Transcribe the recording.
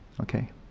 Okay